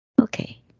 Okay